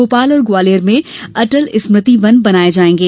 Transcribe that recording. भोपाल और ग्वालियर में अटल स्मृति वन बनाये जायेंगे